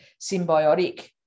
symbiotic